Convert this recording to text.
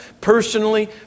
Personally